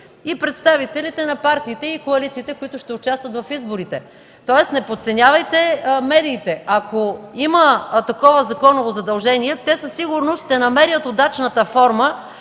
и представителите на партиите и коалициите, които ще участват в изборите. Тоест не подценявайте медиите, ако има такова законово задължение, те със сигурност ще намерят удачната форма,